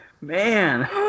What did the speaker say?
man